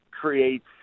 creates